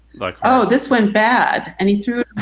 like oh, this went bad. and he threw